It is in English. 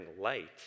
light